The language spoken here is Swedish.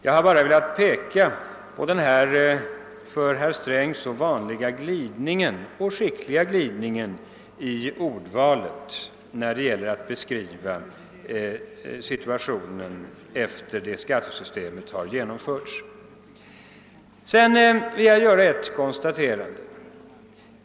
— Jag har bara velat peka på denna för herr Sträng så vanliga och skickliga glidning i ordvalet när han beskriver situationen efter det att skattesystemet har införts. Sedan vill jag göra ett konstaterande.